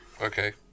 Okay